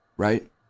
Right